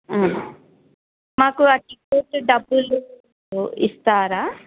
మాకు ఆ టికెట్ డబ్బులు ఇస్తారా